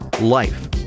life